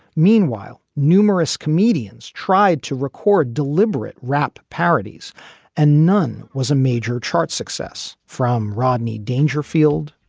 meanwhile, numerous comedians tried to record deliberate rap parodies and none was a major chart success from rodney dangerfield.